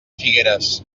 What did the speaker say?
figueres